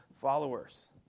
followers